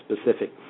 specific